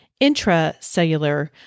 intracellular